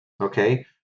okay